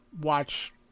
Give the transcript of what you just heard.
watch